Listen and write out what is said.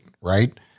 right